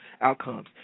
outcomes